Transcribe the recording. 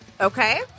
Okay